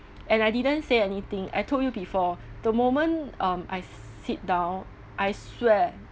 and I didn't say anything I told you before the moment um I sit down I swear